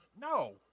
No